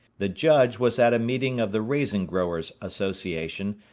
the judge was at a meeting of the raisin growers' association,